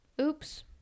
oops